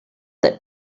that